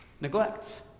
Neglect